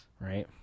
right